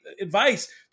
advice